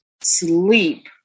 sleep